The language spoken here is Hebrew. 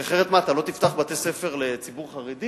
כי אחרת מה, אתה לא תפתח בתי-ספר לציבור חרדי?